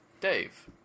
Dave